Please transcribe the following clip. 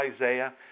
Isaiah